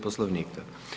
Poslovnika.